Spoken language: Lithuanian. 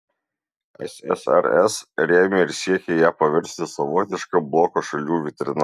ssrs rėmė ir siekė ją paversti savotiška bloko šalių vitrina